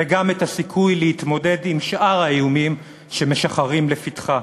וגם את הסיכוי להתמודד עם שאר האיומים שמשחרים לפתחה.